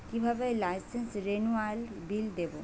কিভাবে লাইসেন্স রেনুয়ালের বিল দেবো?